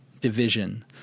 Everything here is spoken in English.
division